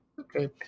Okay